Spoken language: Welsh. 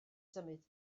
symud